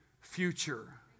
future